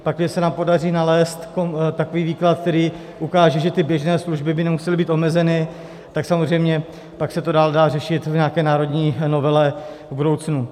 Pakliže se nám podaří nalézt takový výklad, který ukáže, že běžné služby by nemusely být omezeny, tak samozřejmě pak se to dá dál řešit v nějaké národní novele v budoucnu.